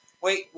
Wait